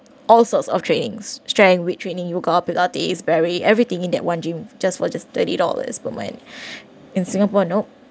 all sorts of trainings strength weight training yoga pilates barre everything in that one gym just for just thirty dollars per month in singapore nope